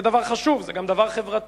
זה דבר חשוב, זה גם דבר חברתי.